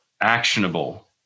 actionable